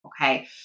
Okay